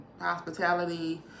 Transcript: hospitality